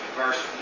verse